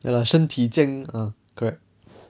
ya lor 身体健 err correct